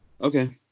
Okay